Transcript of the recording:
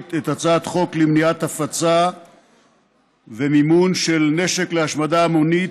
את הצעת חוק למניעת הפצה ומימון של נשק להשמדה המונית,